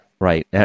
right